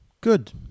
Good